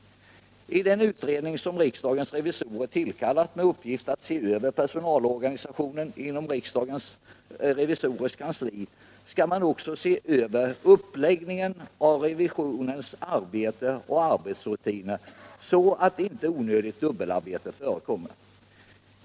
I den utredning som riksdagens revisorer tillkallat med uppgift att se över personalorganisationen inom riksdagens revisorers kansli skall man också undersöka uppläggningen av revisionens arbete och arbetsrutiner, så att inte onödigt dubbelarbete förekommer.